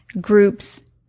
groups